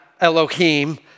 Elohim